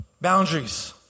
boundaries